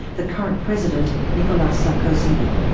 the current president, nicolas sarkozy.